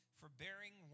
forbearing